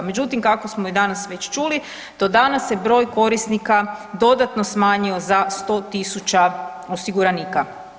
Međutim, kako smo i danas već čuli do danas se broj korisnika dodatno smanjio za 100 000 osiguranika.